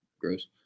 Gross